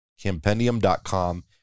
Campendium.com